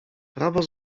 prawo